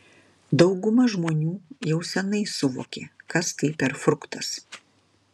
dauguma žmonių jau seniai suvokė kas tai per fruktas